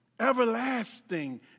everlasting